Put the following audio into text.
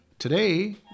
Today